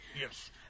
Yes